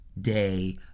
day